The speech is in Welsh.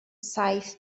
saith